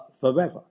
forever